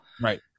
Right